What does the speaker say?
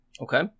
Okay